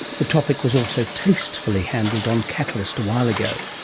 the topic was also tastefully handled on catalyst a while ago.